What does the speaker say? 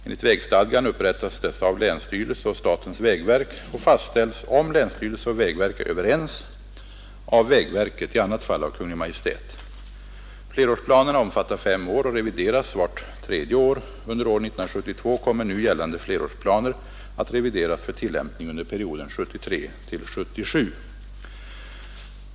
Enligt vägstadgan upprättas dessa av länsstyrelse och statens vägverk och fastställs — om länsstyrelse och vägverk är överens — av vägverket, i annat fall av Kungl. Maj:t. Flerårsplanerna omfattar fem år och revideras vart tredje år. Under år 1972 kommer nu gällande flerårsplaner att revideras för tillämpning under perioden 1973-1977.